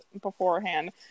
beforehand